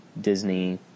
Disney